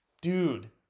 dude